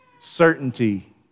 certainty